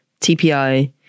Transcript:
TPI